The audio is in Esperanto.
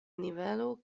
nivelo